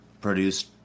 produced